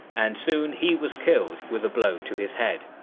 and soon he was killed with a blow to his head.